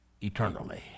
eternally